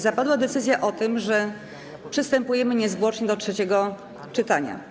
Zapadła decyzja o tym, że przystępujemy niezwłocznie do trzeciego czytania.